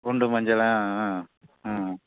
குண்டு மஞ்சள் ஆ ம் ம்